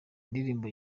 ndirimbo